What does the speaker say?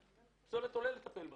עולה לטפל בפסולת.